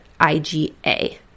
IgA